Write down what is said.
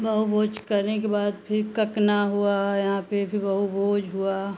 बहुभोज करने के बाद फिर ककना हुआ यहाँ पर भी बहुभोज हुआ